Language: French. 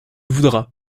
voudra